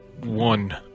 one